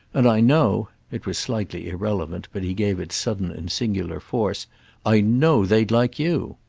and i know it was slightly irrelevant, but he gave it sudden and singular force i know they'd like you!